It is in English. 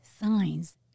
signs